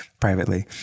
privately